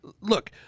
Look